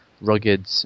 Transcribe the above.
rugged